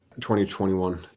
2021